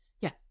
Yes